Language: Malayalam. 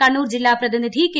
കണ്ണൂർ ജില്ലാ പ്രതിനിധി കെ